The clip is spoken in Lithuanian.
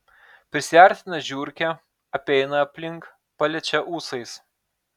prisiartina žiurkė apeina aplink paliečia ūsais